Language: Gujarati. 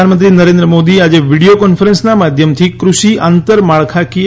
પ્રધાનમંત્રી નરેન્દ્ર મોદી આજે વીડીયો કોન્ફરન્સના માધ્યમથી કૃષિ આંતરમાળખાકીય